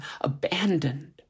abandoned